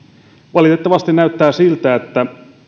valitettavasti näyttää siltä että